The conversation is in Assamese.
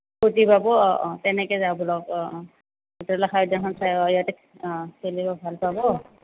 বুজি পাব অঁ অঁ তেনেকে যাওঁ ব'লক অঁ অঁ চিত্ৰলেখা উদ্য়ানখন চাই অঁ ইহতে অঁ খেলিও ভালপাব